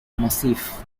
massif